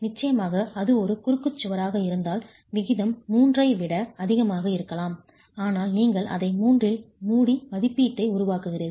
நிச்சயமாக அது ஒரு குறுக்கு சுவராக இருந்தால் விகிதம் 3 ஐ விட அதிகமாக இருக்கலாம் ஆனால் நீங்கள் அதை 3 இல் மூடி மதிப்பீட்டை உருவாக்குகிறீர்கள்